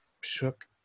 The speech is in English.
shook